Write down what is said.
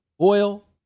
oil